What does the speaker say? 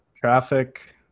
traffic